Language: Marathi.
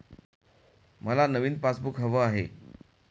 मला नवीन पासबुक हवं आहे